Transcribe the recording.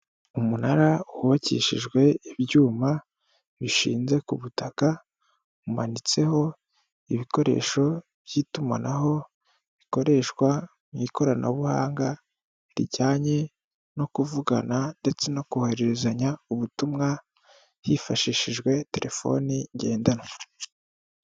Umunara wubakishijwe ibyuma bishinze ku butaka, umanitseho ibikoresho by'itumanaho, bikoreshwa mu ikoranabuhanga rijyanye no kuvugana ndetse no kohererezanya ubutumwa, hifashishijwe telefoni ngendanwa.